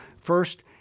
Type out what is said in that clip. First